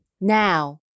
now